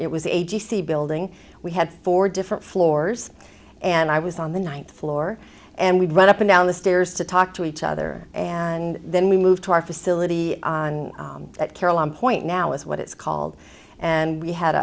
it was a g c building we had four different floors and i was on the ninth floor and we'd run up and down the stairs to talk to each other and then we moved to our facility at carillon point now is what it's called and we had